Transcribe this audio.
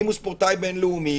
אם הוא ספורטאי בין-לאומי,